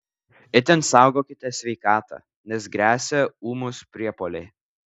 itin saugokite sveikatą nes gresia ūmūs priepuoliai